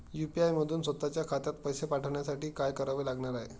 UPI मधून स्वत च्या खात्यात पैसे पाठवण्यासाठी काय करावे लागणार आहे?